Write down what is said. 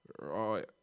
Right